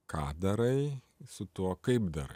ką darai su tuo kaip dar